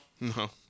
No